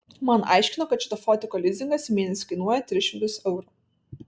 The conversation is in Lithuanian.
man aiškino kad šito fotiko lizingas į mėnesį kainuoja tris šimtus eurų